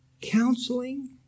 Counseling